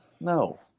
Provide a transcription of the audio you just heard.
no